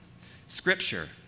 Scripture